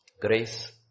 Grace